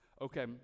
Okay